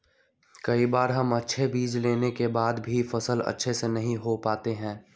कई बार हम अच्छे बीज लेने के बाद भी फसल अच्छे से नहीं हो पाते हैं?